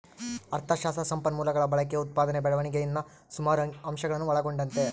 ಅಥಶಾಸ್ತ್ರ ಸಂಪನ್ಮೂಲಗುಳ ಬಳಕೆ, ಉತ್ಪಾದನೆ ಬೆಳವಣಿಗೆ ಇನ್ನ ಸುಮಾರು ಅಂಶಗುಳ್ನ ಒಳಗೊಂಡತೆ